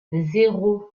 zéro